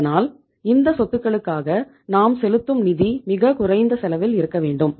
அதனால் இந்த சொத்துக்களுக்காக நாம் செலுத்தும் நிதி மிக குறைந்த செலவில் இருக்க வேண்டும்